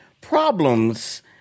problems